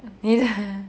你的